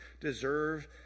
deserve